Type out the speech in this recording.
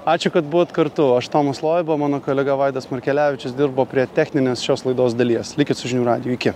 ačiū kad buvot kartu aš tomas loiba mano kolega vaidas markelevičius dirbo prie techninės šios laidos dalies likit su žinių radiju iki